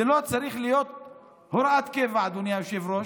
זה לא צריך להיות הוראת קבע, אדוני היושב-ראש,